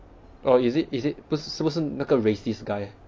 oh is it is it 不是是不是那个 racist guy